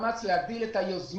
צריך לעשות מאמץ להגדיל את היוזמות.